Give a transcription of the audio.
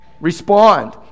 Respond